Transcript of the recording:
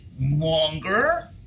longer